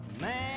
man